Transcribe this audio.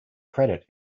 credit